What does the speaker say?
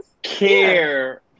care